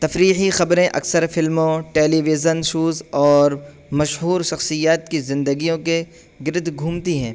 تفریحی خبریں اکثر فلموں ٹیلیویژن شوز اور مشہور شخصیات کی زندگیوں کے گرد گھومتی ہیں